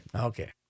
Okay